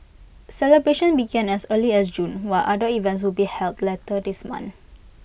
celebrations began as early as June while other events will be held later this one